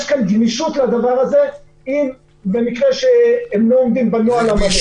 יש כאן גמישות במקרה שהם לא עומדים בנוהל המלא.